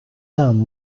then